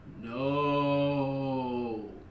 No